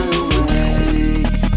awake